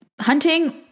hunting